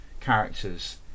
characters